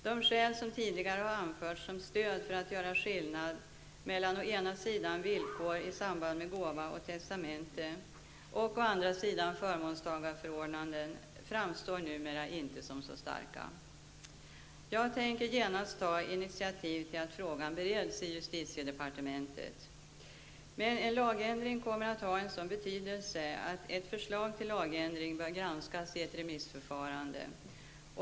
De skäl som tidigare har anförts som stöd för att göra skillnad mellan å ena sidan villkor i samband med gåva och testamente och å andra sidan förmånstagarförordnanden framstår numera inte som så starka. Jag tänker genast ta initiativ till att frågan bereds i justitiedepartementet. Men en lagändring kommer att ha en sådan betydelse att ett förslag till lagändring bör granskas i ett remissförfarande.